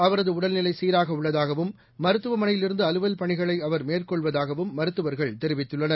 அவதுஉடல்நிலைசீராகஉள்ளதாகவும் மருத்துவமனையிலிருந்துஅலுவல் பணிகளைஅவர் மேற்கொள்வதாகவும் மருத்துவர்கள் தெரிவித்துள்ளனர்